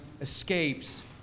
escapes